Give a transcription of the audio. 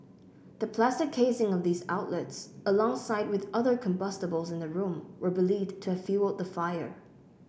the plastic casing of these outlets alongside with other combustibles in the room were believed to have fuelled the fire